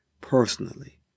personally